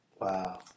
Wow